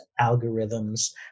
algorithms